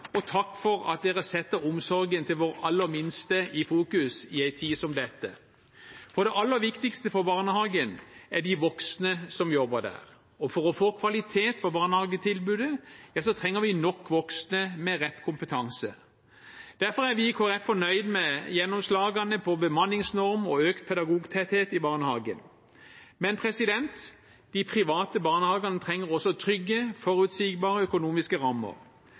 og takk for at dere setter omsorgen for våre aller minste i fokus i en tid som dette. Det aller viktigste for barnehagen er de voksne som jobber der, og for å få kvalitet på barnehagetilbudet trenger vi nok voksne med rett kompetanse. Derfor er vi i Kristelig Folkeparti fornøyd med gjennomslagene på bemanningsnorm og økt pedagogtetthet i barnehagen. Men de private barnehagene trenger også trygge, forutsigbare økonomiske rammer.